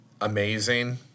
amazing